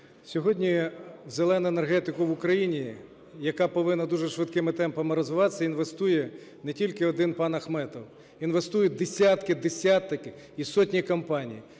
Сьогодні "зелену" енергетику в Україні, яка повинна дуже швидкими темпами розвиватися, інвестує не тільки один пан Ахметов, інвестують десятки, десятки і сотні компаній.